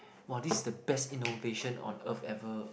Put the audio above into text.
!wah! this is the best innovation on earth ever